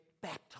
baptized